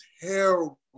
terrible